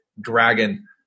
dragon